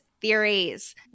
theories